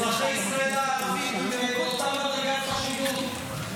אזרחי ישראל הערבים הם באותה דרגת חשיבות.